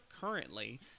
currently